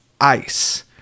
Ice